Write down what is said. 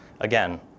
again